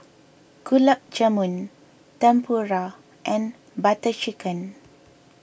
Gulab Jamun Tempura and Butter Chicken